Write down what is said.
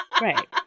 Right